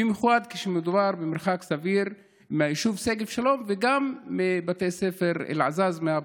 במיוחד כשמדובר במרחק סביר מהיישוב שגב שלום וגם מבתי ספר באלעזאזמה,